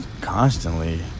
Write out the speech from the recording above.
Constantly